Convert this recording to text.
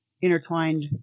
intertwined